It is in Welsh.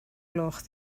gloch